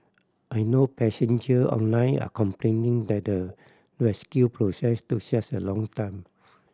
I know passenger online are complaining that the rescue process took such a long time